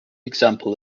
example